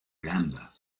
gamba